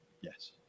Yes